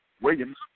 Williams